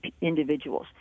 individuals